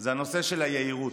היא נושא היהירות,